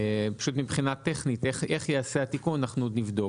פשוט מבחינה טכנית איך ייעשה התיקון אנחנו עוד נבדוק.